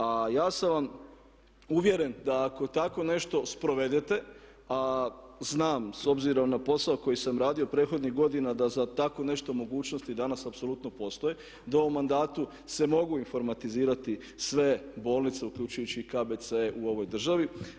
A ja sam vam uvjeren da ako teko nešto sprovedete a znam s obzirom na posao koji sam radio prethodnih godina da za tako nešto mogućnosti danas apsolutno postoje, da u mandatu se mogu informatizirati sve bolnice uključujući i KBC u ovoj državi.